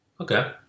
Okay